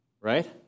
right